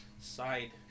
side